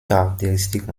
caractéristique